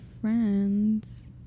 friends